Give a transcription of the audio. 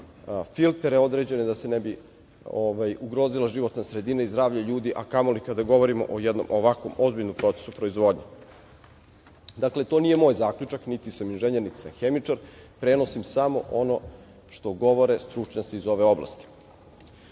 filtere da se ne bi ugrozila životna sredina i zdravlje ljudi, a kamoli kada govorimo o jednom ovako ozbiljnom procesu proizvodnje. Dakle, to nije moj zaključak, niti sam inženjer, niti sam hemičar, prenosim samo ono što govore stručnjaci iz ove oblasti. Još